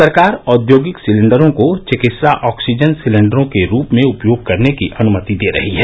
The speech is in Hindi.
सरकार औद्योगिक सिलेंडरों को चिकित्सा ऑक्सीजन सिलिंडरों के रूप में उपयोग करने की अनुमति दे रही है